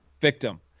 victim